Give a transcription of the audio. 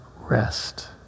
rest